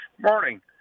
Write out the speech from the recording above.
Morning